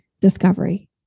discovery